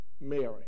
Mary